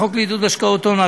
החוק לעידוד השקעות הון,